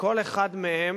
שכל אחד מהם,